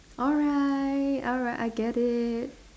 alright alright I get it